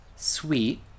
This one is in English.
sweet